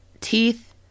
Teeth